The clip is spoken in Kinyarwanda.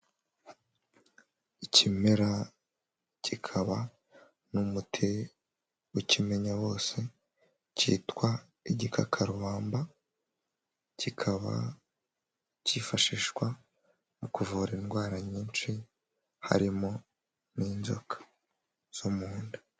Ikimera kikaba n'umuti w'ukimenyabose cyitwa igikakarubamba, kikaba cyifashishwa mu kuvura indwara nyinshi, harimo n'inzoka zo mu nda.